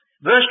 Verse